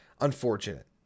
unfortunate